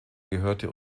gehörte